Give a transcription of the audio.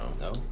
No